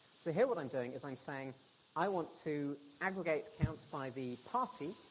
so here what i'm doing is i'm saying i want to aggregate counts by the party,